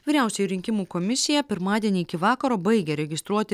vyriausioji rinkimų komisija pirmadienį iki vakaro baigia registruoti